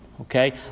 Okay